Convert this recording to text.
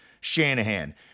Shanahan